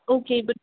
okay but